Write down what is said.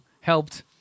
helped